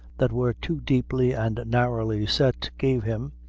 that were too deeply and narrowly set, gave him,